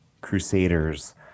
Crusaders